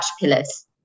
pillars